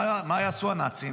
מה יעשו הנאצים?